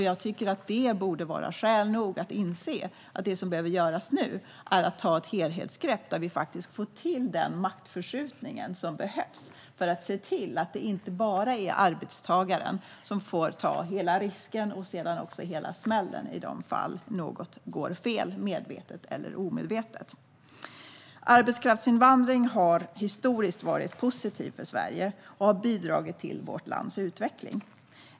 Jag tycker att detta borde vara skäl nog att inse att det som behöver göras nu är att ta ett helhetsgrepp så att vi faktiskt får till den maktförskjutning som behövs för att se till att det inte bara är arbetstagaren som får ta hela risken och sedan också hela smällen i de fall något går fel - medvetet eller omedvetet. Arbetskraftsinvandring har historiskt varit positivt för Sverige och har bidragit till vårt lands utveckling.